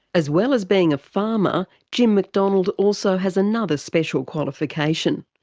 as well as being a farmer, jim mcdonald also has another special qualification,